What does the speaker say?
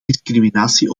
discriminatie